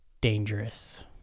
Dangerous